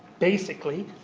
basically,